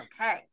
Okay